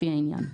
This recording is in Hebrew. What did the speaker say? לפי העניין.